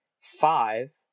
five